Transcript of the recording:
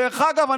דרך אגב,